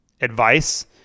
advice